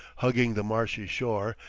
hugging the marshy shore,